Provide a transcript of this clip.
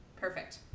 Perfect